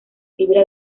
fibra